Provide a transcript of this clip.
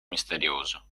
misterioso